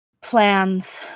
plans